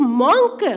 monk